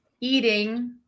eating